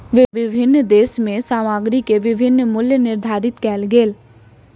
विभिन्न देश में सामग्री के विभिन्न मूल्य निर्धारित कएल गेल